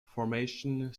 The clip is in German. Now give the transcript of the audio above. formation